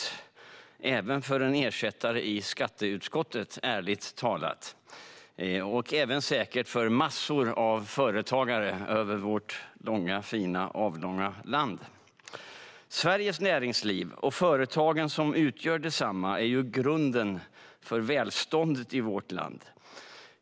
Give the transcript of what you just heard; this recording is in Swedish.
Så är det, ärligt talat, även för en ersättare i skatteutskottet. Och så är det säkert även för massor av företagare i vårt fina avlånga land. Sveriges näringsliv, och företagen som utgör detsamma, är grunden för välståndet i vårt land.